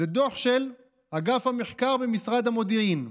זה דוח של אגף המחקר במשרד המודיעין,